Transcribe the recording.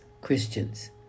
Christians